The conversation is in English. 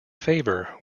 favour